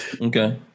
Okay